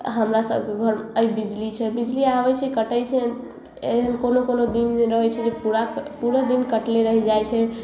हमरा सबके घरमे अछि बिजली छै बिजली अबै छै कटै छै एहन कोनो कोनो दिन रहै छै जे पूरा पूरा दिन कटले रहि जाइ छै